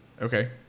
Okay